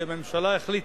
כי הממשלה החליטה,